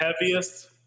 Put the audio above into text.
heaviest